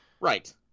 Right